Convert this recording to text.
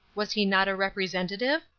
was he not a representative?